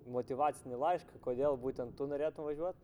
motyvacinį laišką kodėl būtent tu norėtum važiuot